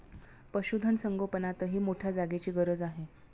पशुधन संगोपनातही मोठ्या जागेची गरज आहे